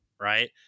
right